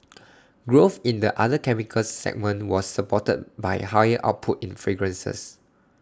growth in the other chemicals segment was supported by higher output in fragrances